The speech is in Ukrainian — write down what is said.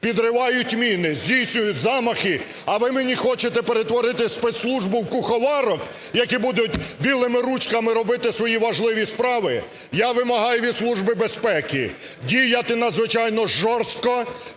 підривають міни, здійснюють замахи, а ви мені хочете перетворити спецслужбу в куховарок, які будуть білими ручками робити свої важливі справи. Я вимагаю від Служби безпеки діяти надзвичайно жорстко